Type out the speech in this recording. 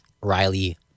Riley